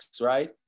right